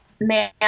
man